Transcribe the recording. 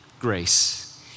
grace